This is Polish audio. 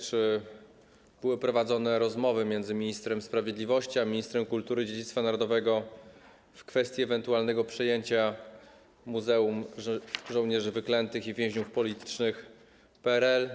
Czy były prowadzone rozmowy między ministrem sprawiedliwości a ministrem kultury i dziedzictwa narodowego w kwestii ewentualnego przejęcia Muzeum Żołnierzy Wyklętych i Więźniów Politycznych PRL?